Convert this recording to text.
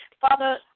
Father